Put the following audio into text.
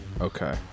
okay